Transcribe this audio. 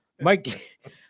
Mike